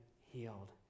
healed